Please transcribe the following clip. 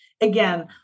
again